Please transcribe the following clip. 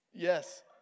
Yes